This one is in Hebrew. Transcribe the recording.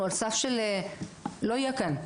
אנחנו על סף שלא יהיה כאן.